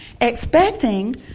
expecting